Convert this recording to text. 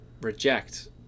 reject